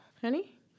honey